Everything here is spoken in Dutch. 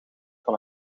van